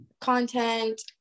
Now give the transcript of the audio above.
content